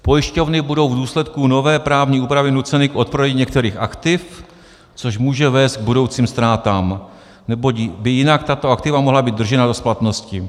Pojišťovny budou v důsledku nové právní úpravy nuceny k odprodeji některých aktiv, což může vést k budoucím ztrátám, neboť by jinak tato aktiva mohla být držena do splatnosti.